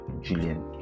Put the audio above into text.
julian